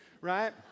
right